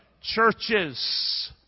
churches